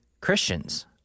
Christians